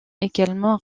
également